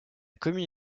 commune